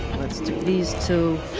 let's do these two.